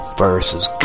versus